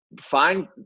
find